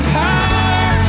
power